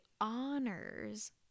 honors